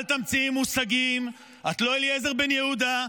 אל תמציאי מושגים, את לא אליעזר בן יהודה.